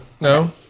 No